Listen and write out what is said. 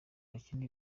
bakina